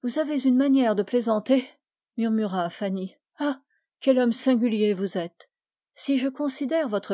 vous avez une manière de plaisanter murmura fanny ah quel homme singulier vous êtes si je considère votre